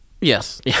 Yes